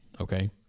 okay